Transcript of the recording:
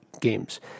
games